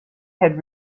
had